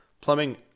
Plumbing